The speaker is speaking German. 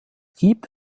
gibt